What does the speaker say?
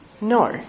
no